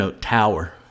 tower